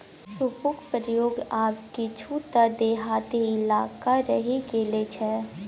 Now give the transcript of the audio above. सूपक प्रयोग आब किछुए टा देहाती इलाकामे रहि गेल छै